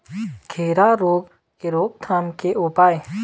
खीरा रोग के रोकथाम के उपाय?